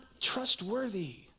trustworthy